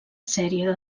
sèrie